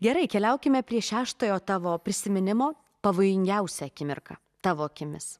gerai keliaukime prie šeštojo tavo prisiminimo pavojingiausia akimirka tavo akimis